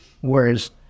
whereas